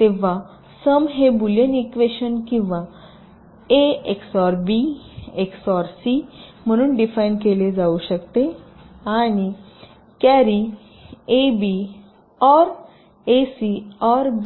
तेव्हा सम हे Boolean equation किंवा A XOR B XOR C म्हणून डिफाइन केली जाऊ शकते आणि कॅरी एबी किंवा एसी किंवा बीसी A